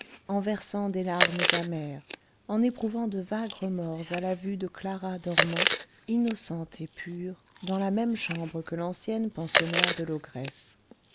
en versant des larmes amères en éprouvant de vagues remords à la vue de clara dormant innocente et pure dans la même chambre que l'ancienne pensionnaire de